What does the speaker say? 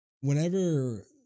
whenever